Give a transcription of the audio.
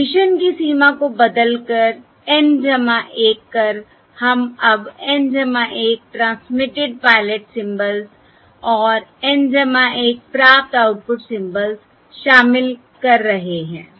submission की सीमा को बदलकर N 1 कर हम अब N 1 ट्रांसमिटेड पायलट सिंबल्स और N 1 प्राप्त आउटपुट सिम्बल्स शामिल कर रहे हैं